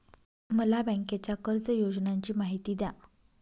मला बँकेच्या कर्ज योजनांची माहिती द्या